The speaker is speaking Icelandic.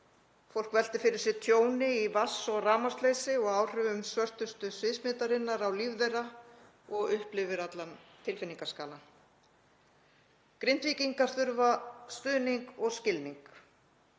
Fólk veltir fyrir sér tjóni í vatns- og rafmagnsleysi og áhrifum svörtustu sviðsmyndarinnar á líf þess og upplifir allan tilfinningaskalann. Grindvíkingar þurfa stuðning og skilning.